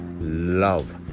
love